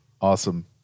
Awesome